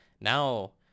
Now